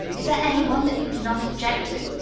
is there any one that you do not object to?